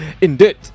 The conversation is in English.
Indeed